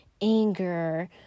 anger